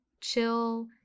chill